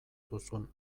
duzun